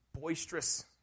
boisterous